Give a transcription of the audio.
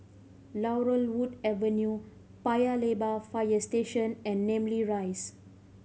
Laurel Wood Avenue Paya Lebar Fire Station and Namly Rise